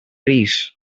trees